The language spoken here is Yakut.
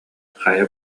хайа